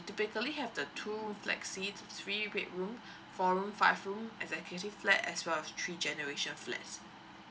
typically have the two room flexi to three bedroom four room five room executive flat as well as three generation flats